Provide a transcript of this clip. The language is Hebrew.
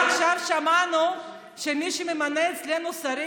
ועכשיו שמענו שמי שממנה אצלנו שרים,